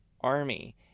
army